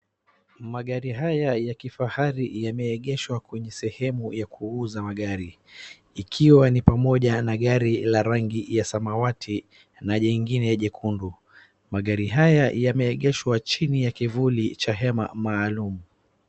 Magazi haya ya kifahari yameegeshwa kwenye sehemu ya kuuza magari ikiwa ni pamoja na gari la rangi ya samawati na jingine jekundu. Magari haya yameegeshwa chini ya kivuli cha hema maalum.